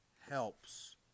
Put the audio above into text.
helps